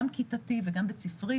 גם כיתתי וגם בית-ספרי,